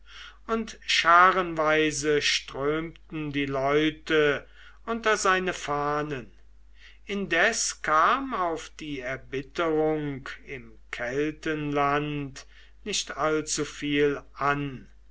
und scharenweise strömten die leute unter seine fahnen indes kam auf die erbitterung im keltenland nicht allzu viel an